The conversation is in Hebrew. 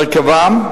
הרכבה,